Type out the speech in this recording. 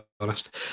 honest